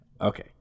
okay